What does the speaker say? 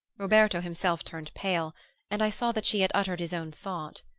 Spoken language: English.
roberto himself turned pale and i saw that she had uttered his own thought.